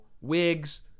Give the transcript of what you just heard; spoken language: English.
wigs